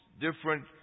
different